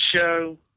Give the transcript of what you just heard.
show